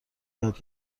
یاد